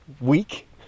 week